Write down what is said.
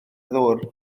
ddŵr